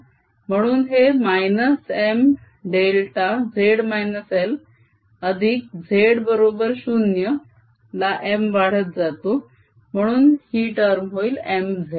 म्हणून हे -Mδ अधिक z0 ला M वाढत जातो म्हणून ही टर्म होईल Mz